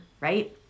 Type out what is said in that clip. right